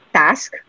task